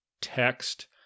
text